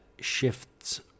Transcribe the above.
shifts